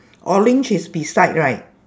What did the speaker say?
orange is beside right